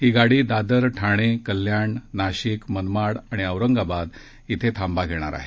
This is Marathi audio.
ही गाडी दादर ठाणे कल्याण नाशिक मनमाड औरंगाबाद इथं थांबा घेणार आहे